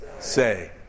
say